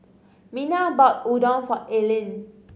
Mina bought Udon for Eileen